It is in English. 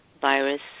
virus